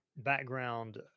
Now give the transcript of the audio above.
background